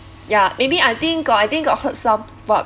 ya maybe I think got I think got heard some what